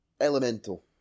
Elemental